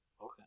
Okay